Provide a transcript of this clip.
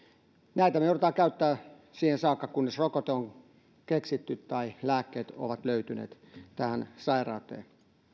näitä me joudumme käyttämään siihen saakka kunnes rokote on keksitty tai lääkkeet ovat löytyneet tähän sairauteen